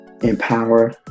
empower